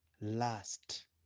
last